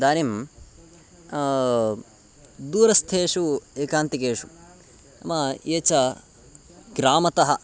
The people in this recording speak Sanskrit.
इदानीं दूरस्थेषु एकान्तिकेषु नाम ये च ग्रामतः